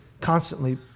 constantly